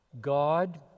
God